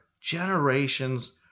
generations